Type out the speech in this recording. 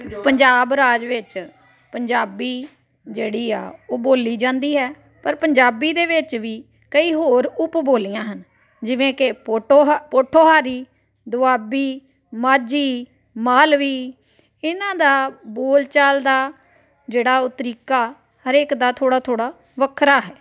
ਪੰਜਾਬ ਰਾਜ ਵਿੱਚ ਪੰਜਾਬੀ ਜਿਹੜੀ ਆ ਉਹ ਬੋਲੀ ਜਾਂਦੀ ਹੈ ਪਰ ਪੰਜਾਬੀ ਦੇ ਵਿੱਚ ਵੀ ਕਈ ਹੋਰ ਉਪਬੋਲੀਆਂ ਹਨ ਜਿਵੇਂ ਕਿ ਪੋਟੋਹਾ ਪੋਠੋਹਾਰੀ ਦੁਆਬੀ ਮਾਝੀ ਮਾਲਵੀ ਇਹਨਾਂ ਦਾ ਬੋਲਚਾਲ ਦਾ ਜਿਹੜਾ ਉਹ ਤਰੀਕਾ ਹਰੇਕ ਦਾ ਥੋੜ੍ਹਾ ਥੋੜ੍ਹਾ ਵੱਖਰਾ ਹੈ